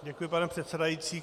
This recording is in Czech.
Děkuji, pane předsedající.